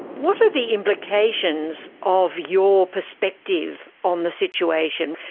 what are the implications of your perspective on the situation?